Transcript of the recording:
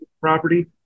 property